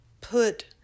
put